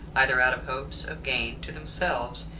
either out of hopes of gain to themselves,